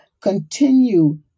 Continue